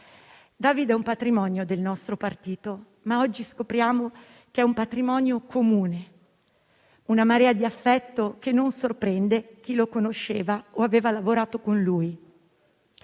David è un patrimonio del nostro partito, ma oggi scopriamo che è un patrimonio comune: una marea di affetto che non sorprende chi lo conosceva o aveva lavorato con lui.